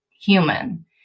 human